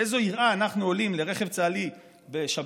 באיזו יראה אנחנו עולים לרכב צה"לי בשבת,